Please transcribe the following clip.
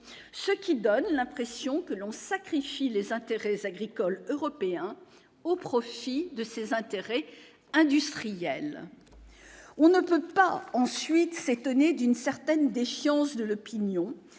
ce qui donne l'impression que l'on sacrifie les intérêts agricoles européens au profit de ses intérêts industriels, on ne peut pas ensuite cette donnée d'une certaine défiance de l'opinion